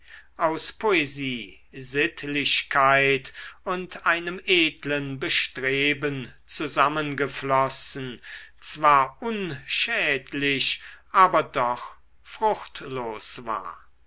aus poesie sittlichkeit und einem edlen bestreben zusammengeflossen zwar unschädlich aber doch fruchtlos war